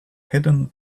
hidden